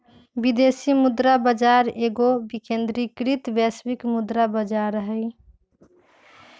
विदेशी मुद्रा बाजार एगो विकेंद्रीकृत वैश्विक मुद्रा बजार हइ